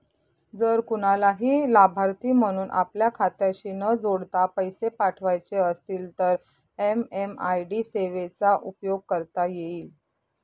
जर कुणालाही लाभार्थी म्हणून आपल्या खात्याशी न जोडता पैसे पाठवायचे असतील तर एम.एम.आय.डी सेवेचा उपयोग करता येईल